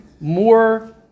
more